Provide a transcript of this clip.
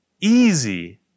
Easy